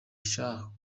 shah